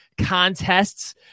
contests